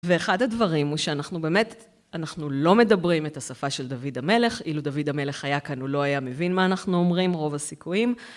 ואחד הדברים הוא שאנחנו באמת, אנחנו לא מדברים את השפה של דוד המלך. אילו דוד המלך היה כאן הוא לא היה מבין מה אנחנו אומרים, רוב הסיכויים.